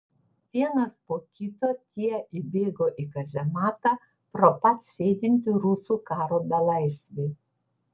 vienas po kito tie įbėgo į kazematą pro pat sėdintį rusų karo belaisvį